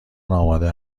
آماده